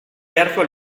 beharko